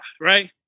right